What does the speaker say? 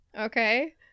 okay